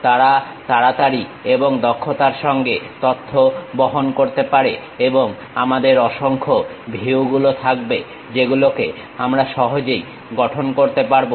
তারা তাড়াতাড়ি এবং দক্ষতার সঙ্গে তথ্য বহন করতে পারে এবং আমাদের অসংখ্য ভিউগুলো থাকবে যেগুলোকে আমরা সহজেই গঠন করতে পারবো